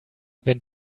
wenn